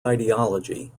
ideology